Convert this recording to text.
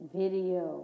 video